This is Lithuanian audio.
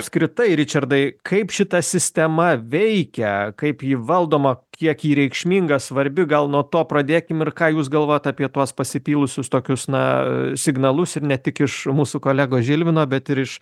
apskritai ričardai kaip šita sistema veikia kaip ji valdoma kiek ji reikšminga svarbi gal nuo to pradėkim ir ką jūs galvojat apie tuos pasipylusius tokius na signalus ir ne tik iš mūsų kolegos žilvino bet ir iš